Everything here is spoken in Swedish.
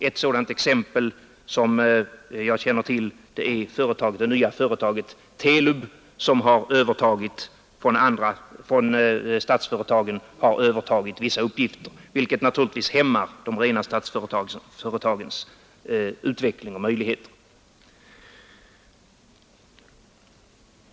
Ett sådant exempel som jag känner till är det nya företaget TELUB, som från statsföretagen har övertagit vissa uppgifter, vilket hämmar de rena statsföretagens utveckling och möjligheter.